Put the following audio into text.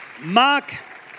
Mark